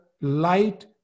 light